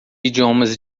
idiomas